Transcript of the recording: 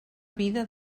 vida